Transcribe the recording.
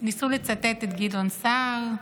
ניסו לצטט את גדעון סער,